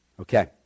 Okay